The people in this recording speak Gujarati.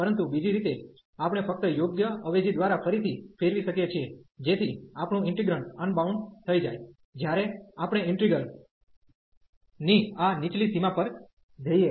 પરંતુ બીજી રીતે આપણે ફક્ત યોગ્ય અવેજી દ્વારા ફરીથી ફેરવી શકીએ છીએ જેથી આપણું ઈન્ટિગ્રેન્ડ અનબાઉન્ડ થઈ જાય જ્યારે આપણે ઈન્ટિગ્રલ ની આ નીચલી સીમા પર જઈએ